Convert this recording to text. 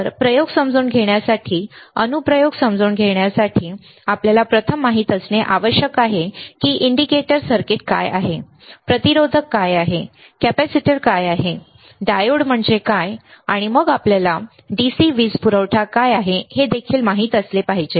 तर प्रयोग समजून घेण्यासाठी अनुप्रयोग समजून घेण्यासाठी आपल्याला प्रथम माहित असणे आवश्यक आहे की इंडिकेटर सर्किट काय आहेत प्रतिरोधक काय आहेत कॅपेसिटर काय आहेत डायोड म्हणजे काय आणि मग आपल्याला DC वीज पुरवठा काय आहे हे देखील माहित असले पाहिजे